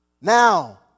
Now